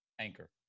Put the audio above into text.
Anchor